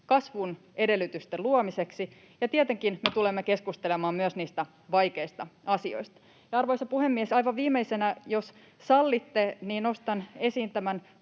kasvun edellytysten luomiseksi, ja tietenkin me tulemme keskustelemaan myös niistä vaikeista asioista. Ja, arvoisa puhemies, aivan viimeisenä, jos sallitte, nostan esiin tämän